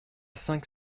cinq